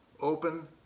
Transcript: open